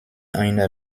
einer